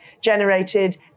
generated